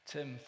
Tim